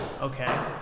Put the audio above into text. okay